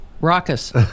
Raucous